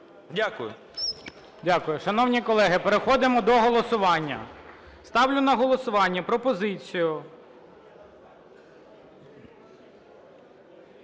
Дякую.